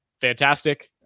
fantastic